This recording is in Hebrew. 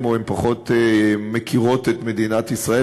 או שהן פחות מכירות את מדינת ישראל,